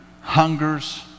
hungers